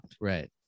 Right